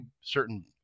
certain